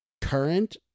Current